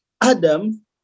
Adam